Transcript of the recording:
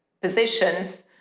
positions